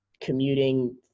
commuting